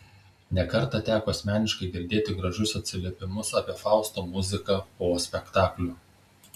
ne kartą teko asmeniškai girdėti gražius atsiliepimus apie fausto muziką po spektaklių